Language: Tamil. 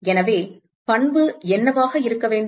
எனவே பண்பு என்னவாக இருக்க வேண்டும்